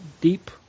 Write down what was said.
deep